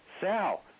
Sal